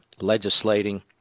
legislating